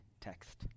text